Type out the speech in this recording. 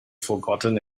forgotten